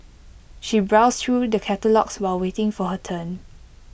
she browsed through the catalogues while waiting for her turn